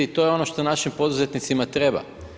To je ono što našim poduzetnicima treba.